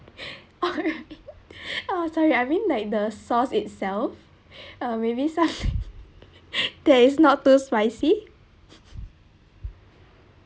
alright oh sorry I mean like the sauce itself uh maybe some that is not too spicy